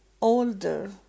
older